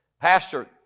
Pastor